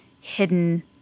hidden